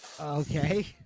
Okay